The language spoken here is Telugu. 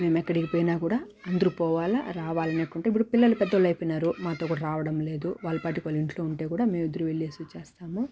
మేం ఎక్కడికి పోయినా కూడా అందరూ పోవాలా రావాలన్నట్టు ఉంటాం ఇప్పుడు పిల్లలు పెద్దోళ్ళు అయిపోయినారు మాతో కూడా రావడం లేదు వాళ్ళ పాటికి వాళ్ళు ఇంట్లో ఉంటే కూడా మేమిద్దరు వెళ్ళేసి వచ్చేస్తాము